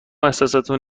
احساستون